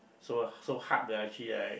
so so hard that I actually like